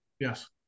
Yes